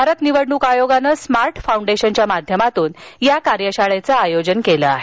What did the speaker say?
भारत निवडणूक आयोगाने स्मार्ट फौंडेशनच्या माध्यमातून या कार्यशाळेचे आयोजन केले आहे